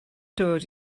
dod